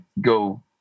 go